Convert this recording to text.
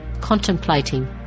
contemplating